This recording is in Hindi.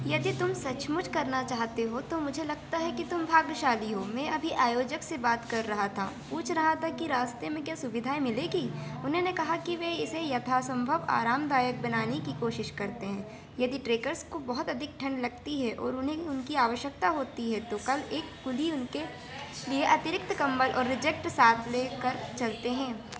यदि तुम सचमुच करना चाहते हो तो मुझे लगता है कि तुम भाग्यशाली हो मैं अभी आयोजक से बात कर रहा था पूछ रहा था कि रास्ते में क्या सुविधाएँ मिलेंगी उन्होंने कहा कि वे इसे यथासम्भव आरामदायक बनाने की कोशिश करते हैं यदि ट्रेकर्स को बहुत अधिक ठण्ड लगती है और उन्हें उनकी आवश्यकता होती है तो कल एक कुली उनके लिए अतिरिक्त कम्बल और रजाई साथ ले कर चलते हैं